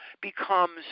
becomes